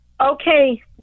Okay